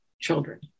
children